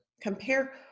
Compare